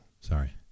Sorry